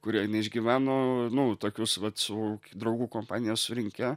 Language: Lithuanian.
kurie neišgyveno nu tokius vat su draugų kompanija surinkę